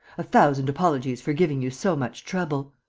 a thousand apologies for giving you so much trouble!